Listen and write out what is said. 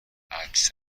عکس